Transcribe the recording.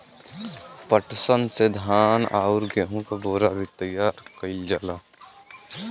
पटसन से धान आउर गेहू क बोरा भी तइयार कइल जाला